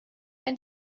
ein